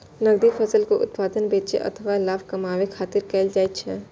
नकदी फसल के उत्पादन बेचै अथवा लाभ कमबै खातिर कैल जाइ छै